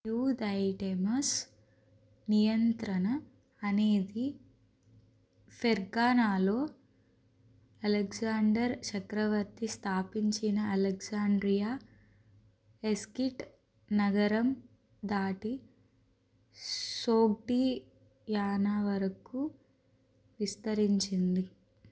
Euthydemus నియంత్రణ అనేది ఫెర్ఘానాలో అలెగ్జాండర్ చక్రవర్తి స్థాపించిన అలెగ్జాండ్రియా ఎస్కీట్ నగరం దాటి సోగ్డియానా వరకు విస్తరించింది